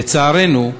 לצערנו,